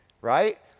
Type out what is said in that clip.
right